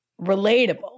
relatable